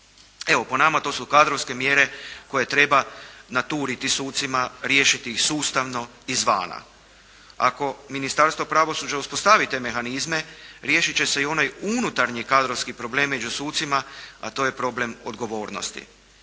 Evo, po nama to su kadrovske mjere koje treba naturiti sucima, riješiti ih sustavno izvana. Ako Ministarstvo pravosuđa uspostavi te mehanizme riješit će se i onaj unutarnji kadrovski problem među sucima, a to je problem odgovornosti